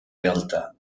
realtà